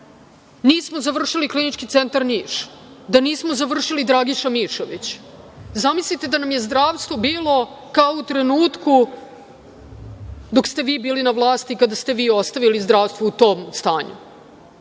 nismo završili Klinički centar "Niš", da nismo završili "Dragiša Mišović"? Zamislite da nam je zdravstvo bilo kao u trenutku dok ste vi bili na vlasti, kada ste vi ostavili zdravstvo u tom stanju?